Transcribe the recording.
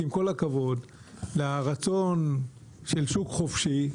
שעם כל הכבוד לרצון של שוק חופשי,